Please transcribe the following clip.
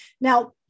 Now